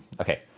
okay